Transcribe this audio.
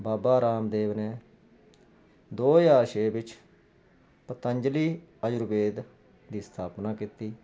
ਬਾਬਾ ਰਾਮਦੇਵ ਨੇ ਦੋ ਹਜਾਰ ਛੇ ਵਿੱਚ ਪਤੰਜਲੀ ਆਯੁਰਵੇਦ ਦੀ ਸਥਾਪਨਾ ਕੀਤੀ